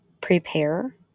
prepare